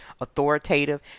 authoritative